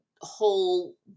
whole